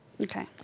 Okay